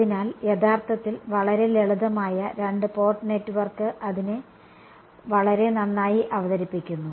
അതിനാൽ യഥാർത്ഥത്തിൽ വളരെ ലളിതമായ രണ്ട് പോർട്ട് നെറ്റ്വർക്ക് ഇതിനെ വളരെ നന്നായി അവതരിപ്പിക്കുന്നു